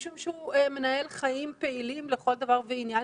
משום שהוא מנהל חיים פעילים לכל דבר ועניין,